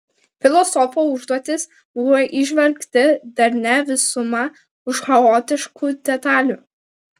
filosofo užduotis buvo įžvelgti darnią visumą už chaotiškų detalių